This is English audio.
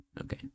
Okay